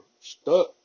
stuck